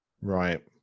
right